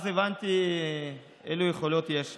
אז הבנתי אילו יכולות יש לו.